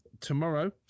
Tomorrow